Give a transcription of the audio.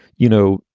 you know,